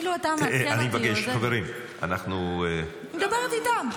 חברים, אני מבקש.